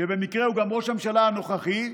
שבמקרה הוא גם ראש הממשלה הנוכחי,